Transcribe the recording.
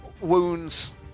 wounds